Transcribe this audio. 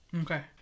Okay